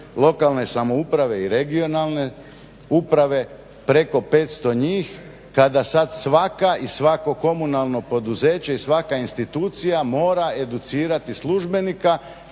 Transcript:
lokalne samouprave i regionalne uprave preko 500 njih kada sad svaka i svako komunalno poduzeće i svaka institucija mora educirati službenika